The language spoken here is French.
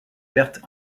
pertes